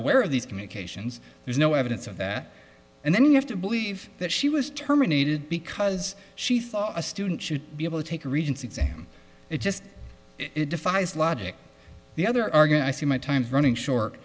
were aware of these communications there's no evidence of that and then you have to believe that she was terminated because she thought a student should be able to take a regents exam it just it defies logic the other organ i see my time's running short